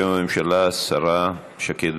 בשם הממשלה, השרה שקד,